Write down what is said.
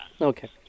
Okay